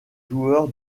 joueur